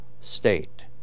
state